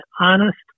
honest